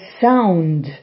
sound